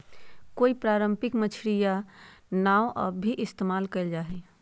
कई पारम्परिक मछियारी नाव अब भी इस्तेमाल कइल जाहई